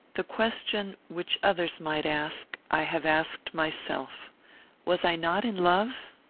the question which others might ask, i have asked myself was i not in love?